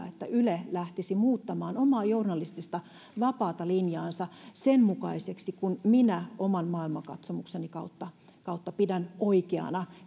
että yle lähtisi muuttamaan omaa journalistista vapaata linjaansa sen mukaiseksi kuin mitä minä oman maailmankatsomukseni kautta kautta pidän oikeana